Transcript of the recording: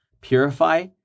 Purify